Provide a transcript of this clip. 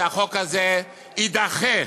זה בעד מזרחים.